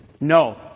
No